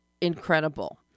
incredible